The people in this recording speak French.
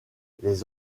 les